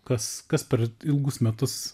kas kas per ilgus metus